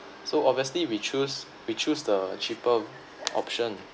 so obviously we choose we choose the cheaper option